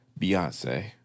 Beyonce